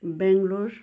Bangalore